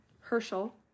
Herschel